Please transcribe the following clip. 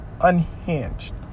Unhinged